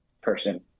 person